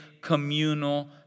communal